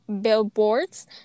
billboards